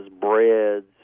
breads